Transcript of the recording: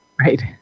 Right